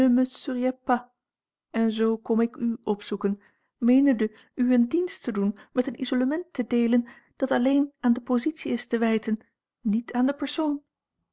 en zoo kom ik u opzoeken meenende u een dienst te doen met een isolement te deelen dat alleen aan de positie is te wijten niet aan den persoon